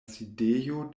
sidejo